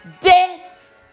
death